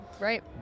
Right